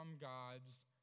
God's